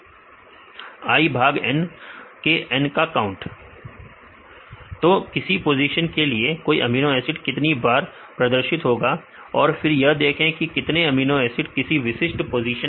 विद्यार्थी i भाग N के n का काउंट विद्यार्थी सही है सही है तो किसी पोजीशन के लिए कोई अमीनो एसिड कितनी बार प्रदर्शित होगा और फिर यह देखें कितने अमीनो एसिड किसी विशिष्ट पोजीशन पर